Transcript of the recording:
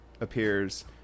appears